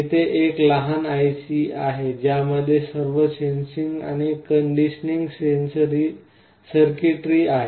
येथे एक लहान IC आहे ज्यामध्ये सर्व सेन्सिंग आणि कंडिशनिंग सर्किटरी आहेत